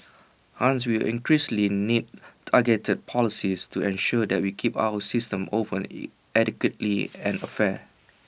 hence we will increasingly need targeted policies to ensure that we keep our systems open E equitably and fair